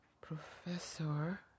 Professor